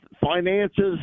finances